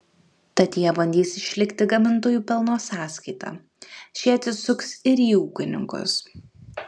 tad jie bandys išlikti gamintojų pelno sąskaita šie atsisuks ir į ūkininkus